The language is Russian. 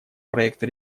проекта